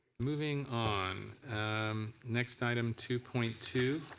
moving on next item two point two.